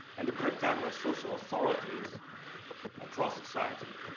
and the breakdown of social authorities across society.